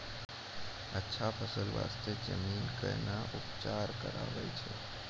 अच्छा फसल बास्ते जमीन कऽ कै ना उपचार करैय छै